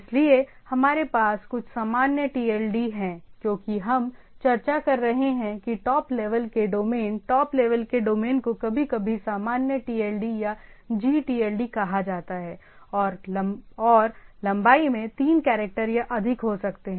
इसलिए हमारे पास कुछ सामान्य TLD हैं क्योंकि हम चर्चा कर रहे हैं कि टॉप लेवल के डोमेन टॉप लेवल के डोमेन को कभी कभी सामान्य TLD या gTLD कहा जाता है और लंबाई में तीन कैरेक्टर या अधिक हो सकते हैं